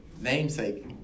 namesake